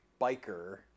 biker